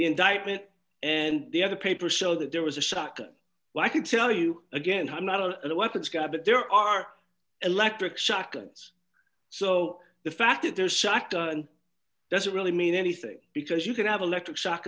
indictment and the other papers show that there was a shocker well i can tell you again i'm not on the weapons guy but there are electric shock and so the fact that they're shocked and doesn't really mean anything because you can have electric shock